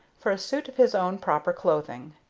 for a suit of his own proper clothing.